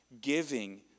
giving